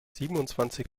siebenundzwanzig